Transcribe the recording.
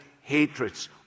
hatreds